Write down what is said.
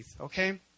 okay